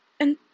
And